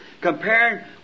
comparing